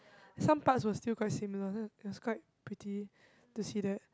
some parts were still quite similar it was quite pretty to see that